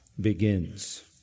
begins